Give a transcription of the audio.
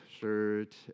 shirt